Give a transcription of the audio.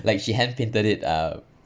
like she hand painted it out